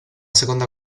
seconda